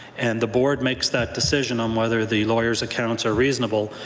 and the board makes that decision on whether the lawyers accounts are reasonable.